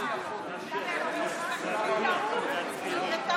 אני צריך לשמוע ממך את התשובה.